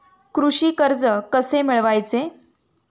कृषी कर्ज कसे मिळवायचे?